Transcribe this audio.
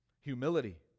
Humility